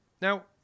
Now